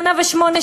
שנה ושמונה,